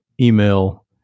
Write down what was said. email